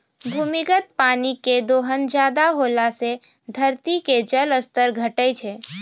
भूमिगत पानी के दोहन ज्यादा होला से धरती के जल स्तर घटै छै